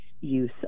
use